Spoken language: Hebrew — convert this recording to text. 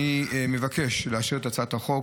אני מבקש לאשר את הצעת החוק,